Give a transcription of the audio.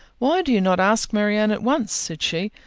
why do you not ask marianne at once, said she,